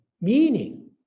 meaning